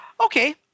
Okay